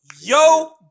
Yo